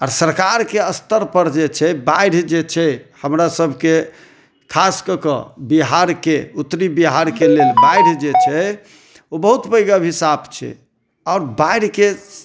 आओर सरकार के स्तर पर जे छै बाढ़ि जे छै हमरा सबके खास कऽ के बिहार के उत्तरी बिहार के लेल बाढ़ि जे छै ओ बहुत पैघ अभिशाप छै अब बाढ़ि के